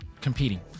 competing